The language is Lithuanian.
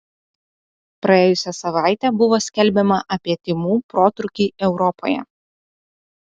praėjusią savaitę buvo skelbiama apie tymų protrūkį europoje